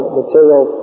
material